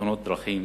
בתאונות הדרכים